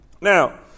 now